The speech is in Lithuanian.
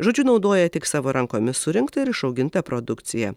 žodžiu naudoja tik savo rankomis surinktą ir išaugintą produkciją